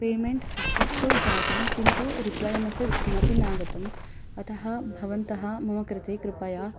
payment successful जातं किन्तु reply message किमपि नागतम् अतः भवन्तः मम कृते कृपया